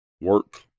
work